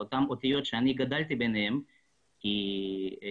לאותן אותיות ביניהן גדלתי.